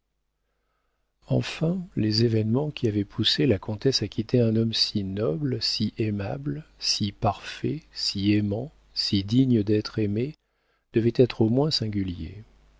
enfin les événements qui avaient poussé la comtesse à quitter un homme si noble si aimable si parfait si aimant si digne d'être aimé devaient être au moins singuliers